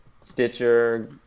Stitcher